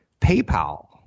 PayPal